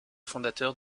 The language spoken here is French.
fondateur